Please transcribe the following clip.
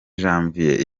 janvier